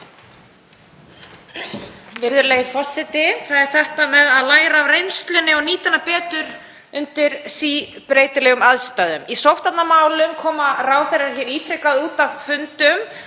Það er þetta með að læra af reynslunni og nýta hana betur í síbreytilegum aðstæðum. Í sóttvarnamálum koma ráðherrar ítrekað út af fundum